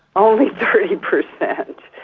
only thirty percent,